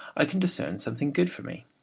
i can discern something good for me.